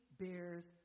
bears